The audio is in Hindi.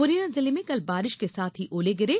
मुरैना जिले में कल बारिश के साथ ही ओले गिरे